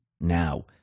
now